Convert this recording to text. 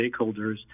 stakeholders